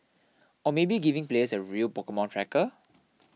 or maybe giving players a real Pokemon tracker